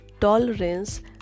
tolerance